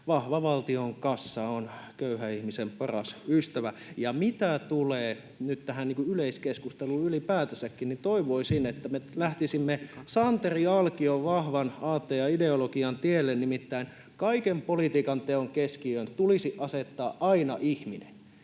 vahva valtion kassa on köyhän ihmisen paras ystävä. Mitä tulee nyt tähän yleiskeskusteluun ylipäätänsäkin, niin toivoisin, että me lähtisimme Santeri Alkion vahvan aatteen ja ideologian tielle, nimittäin kaiken politiikanteon keskiöön tulisi asettaa aina ihminen.